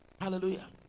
Hallelujah